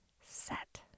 Set